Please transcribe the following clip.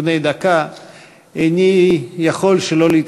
מזכירת הכנסת ירדנה מלר-הורוביץ: 4 נאומים בני דקה 4 היו"ר יולי